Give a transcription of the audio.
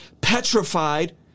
petrified